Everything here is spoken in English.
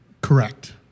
Correct